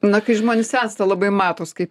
na kai žmonės sensta labai matos kaip